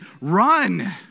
run